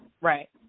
Right